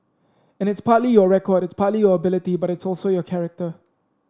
and it's partly your record it's partly your ability but it's also your character